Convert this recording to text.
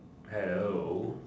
hello